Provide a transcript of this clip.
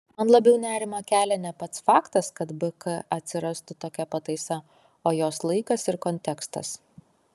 man labiau nerimą kelia ne pats faktas kad bk atsirastų tokia pataisa o jos laikas ir kontekstas